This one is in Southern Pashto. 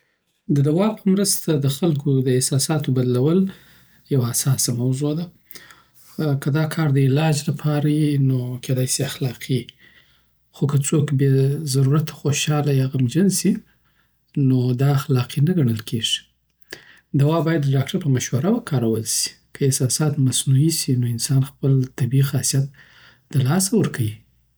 د دوا په مرسته د خلکو د احساساتو بدلول یوه حساسه موضوع ده. که دا کار د علاج لپاره وي، نو کیدای شي اخلاقي وي. خو که څوک بې ضرورته خوشاله یا غمجنه سی، نو دا اخلاقي نه ګڼل کېږي. دوا باید د ډاکټر په مشوره وکارول شي. که احساسات مصنوعي سی، نو انسان خپله طبیعي خاصیت د لاسه ورکوي.